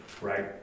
right